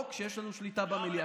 כשיש לנו שליטה במליאה,